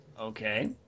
Okay